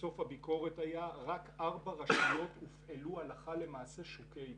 בסוף הביקורת היה שרק בארבע רשויות הופעלו הלכה למעשה שוקי איכרים.